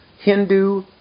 Hindu